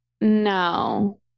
no